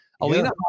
Alina